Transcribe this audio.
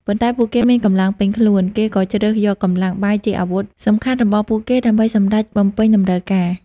ប៉ុន្តែពួកគេមានកម្លាំងពេញខ្លួន គេក៏ជ្រើសយកកម្លាំងបាយជាអាវុធសំខាន់របស់ពួកគេ ដើម្បីសម្រចបំពេញតម្រូវការ។